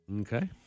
Okay